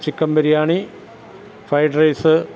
chicken biriyani fried rice